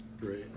Great